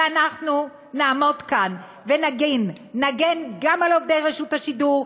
ואנחנו נעמוד כאן ונגן גם על עובדי רשות השידור,